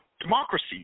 democracy